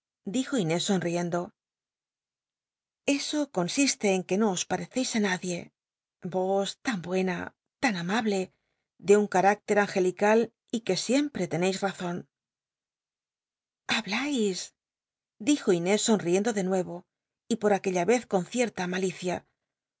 dijo inés sonl'iendo eso consiste en que no os pareceis á nadie vos tan buena tan amable ele un carácter angelical y que siempre lcncis razon hablais dijo inés somiendo de nuevo y po aquella vez con cierta malicia